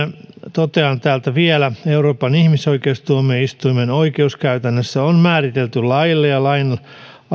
totean täältä vielä euroopan ihmisoikeustuomioistuimen oikeuskäytännössä on määritelty laille ja